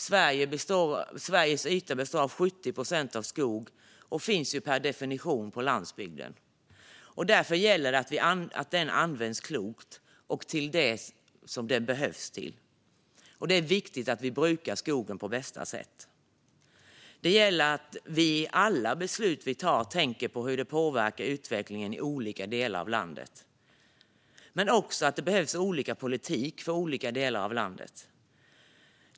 Sveriges yta består till 70 procent av skog, och den finns per definition på landsbygden. Därför gäller det att använda den klokt och till det som den behövs till. Det är viktigt att vi brukar skogen på bästa sätt. Det gäller att vi i alla beslut vi tar tänker på hur de påverkar utvecklingen i olika delar av Sverige men också på att det behövs olika politik för olika delar av landet.